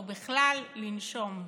או בכלל לנשום,